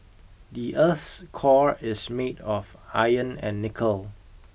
the earth's core is made of iron and nickel